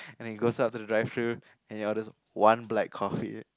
then he goes up to the drive through and he orders one black coffee